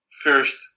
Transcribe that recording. first